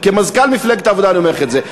כמזכ"ל מפלגת העבודה אני אומר לך את זה.